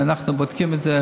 ואנחנו בודקים את זה,